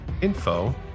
info